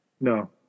No